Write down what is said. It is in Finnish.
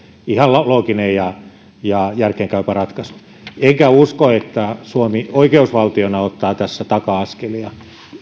ihan looginen ja ja järkeenkäypä ratkaisu enkä usko että suomi oikeusvaltiona ottaa tässä taka askelia